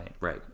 right